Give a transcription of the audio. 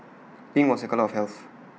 pink was A colour of health